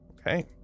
okay